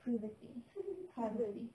privacy privacy